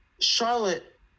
charlotte